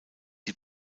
die